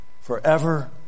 forever